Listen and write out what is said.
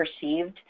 perceived